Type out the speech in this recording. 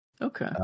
Okay